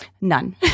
None